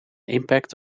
impact